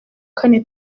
kane